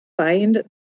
Find